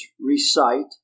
recite